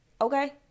okay